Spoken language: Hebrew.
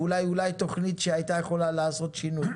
ואולי תוכנית שהייתה יכולה לעשות שינוי.